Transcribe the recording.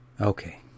Okay